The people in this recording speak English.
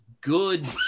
good